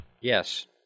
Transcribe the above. Yes